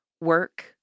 work